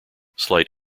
slight